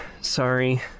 Sorry